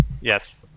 Yes